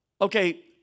Okay